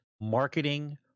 marketing